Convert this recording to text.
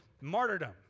martyrdom